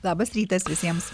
labas rytas visiems